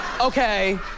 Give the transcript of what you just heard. okay